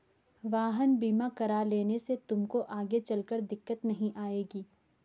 वाहन बीमा करा लेने से तुमको आगे चलकर दिक्कत नहीं आएगी